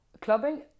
Clubbing